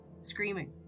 screaming